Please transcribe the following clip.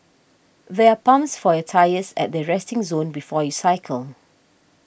there are pumps for your tyres at the resting zone before you cycle